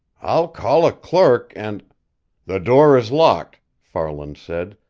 i'll call a clerk and the door is locked, farland said,